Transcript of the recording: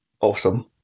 awesome